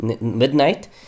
Midnight